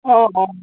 অঁ অঁ